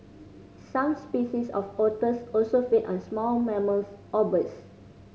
some species of otters also feed on small mammals or birds